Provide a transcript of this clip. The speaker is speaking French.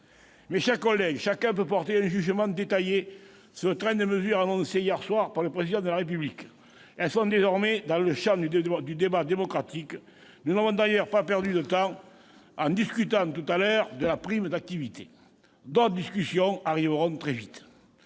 Mes chers collègues, chacun peut porter un jugement détaillé sur le train de mesures annoncé hier soir par le Président de la République. Elles sont désormais dans le champ du débat démocratique. Nous n'avons d'ailleurs pas perdu de temps en débattant tout à l'heure de la prime d'activité. D'autres discussions arriveront très vite.